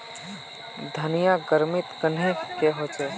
धनिया गर्मित कन्हे ने होचे?